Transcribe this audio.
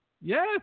yes